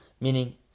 Meaning